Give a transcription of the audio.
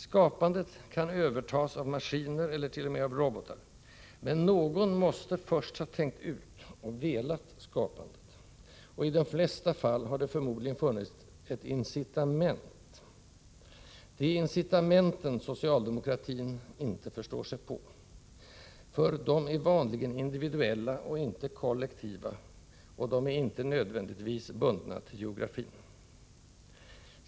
Skapandet kan övertas av maskiner eller t.o.m. av robotar, men någon måste först ha tänkt ut och velat skapa, och i de flesta fall har det förmodligen funnits ett incitament. Det är incitamenten socialdemokratin inte förstår sig på, för de är vanligen individuella och inte kollektiva, och de är inte nödvändigtvis bundna till geografin.